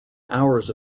hours